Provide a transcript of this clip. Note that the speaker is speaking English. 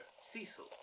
Cecil